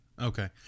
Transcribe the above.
Okay